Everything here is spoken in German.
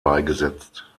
beigesetzt